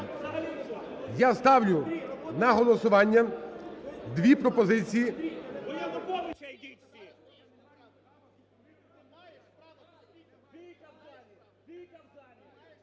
Я ставлю на голосування дві пропозиції.